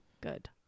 Good